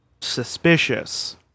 Suspicious